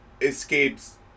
escapes